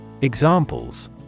Examples